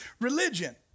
religion